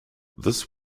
this